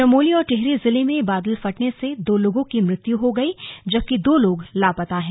चमोली और टिहरी जिले में बादल फटने से दो लोगों की मृत्यु हो गई जबकि दो लोग लापता हैं